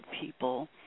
people